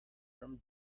from